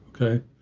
okay